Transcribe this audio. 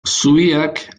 zubiak